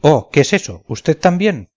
oh qué es eso usted también